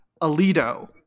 Alito